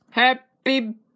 Happy